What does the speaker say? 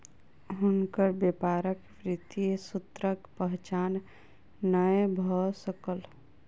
हुनकर व्यापारक वित्तीय सूत्रक पहचान नै भ सकल